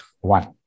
One